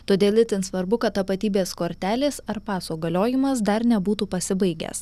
todėl itin svarbu kad tapatybės kortelės ar paso galiojimas dar nebūtų pasibaigęs